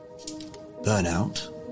Burnout